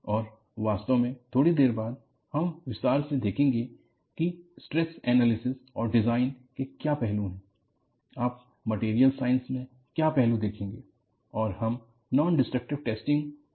और वास्तव में थोड़ी देर बाद हम विस्तार से देखेंगे कि स्ट्रेस एनालिसिस और डिजाइन के क्या पहलू हैं आप मैटेरियल साइंस में क्या पहलू रखेंगे और हम नॉन डिस्ट्रक्टिव टेस्टिंग के क्या पहलू देखेंगे